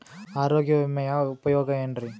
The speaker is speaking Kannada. ಆರೋಗ್ಯ ವಿಮೆಯ ಉಪಯೋಗ ಏನ್ರೀ?